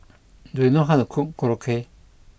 do you know how to cook Korokke